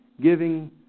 giving